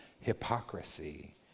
hypocrisy